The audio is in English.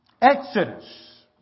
Exodus